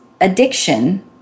addiction